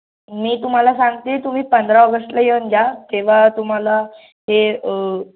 मी तुम्हाला सांगते तुम्ही पंधरा ऑगस्टला येऊन जा तेव्हा तुम्हाला ते